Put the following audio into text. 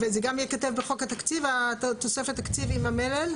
וזה גם ייכתב בחוק התקציב, תוספת תקציב עם המלל?